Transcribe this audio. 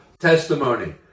testimony